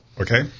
Okay